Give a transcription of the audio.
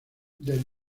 del